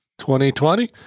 2020